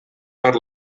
per